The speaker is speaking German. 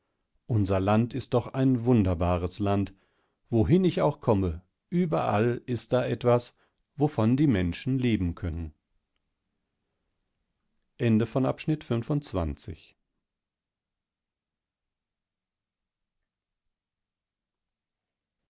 unser land ist doch ein wunderbares land wohin ich auch komme überall ist da etwas wovon die menschenlebenkönnen